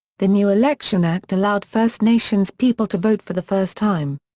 the new election act allowed first nations people to vote for the first time.